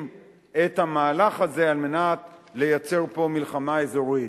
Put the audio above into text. את המהלך הזה כדי לייצר פה מלחמה אזורית.